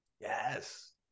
Yes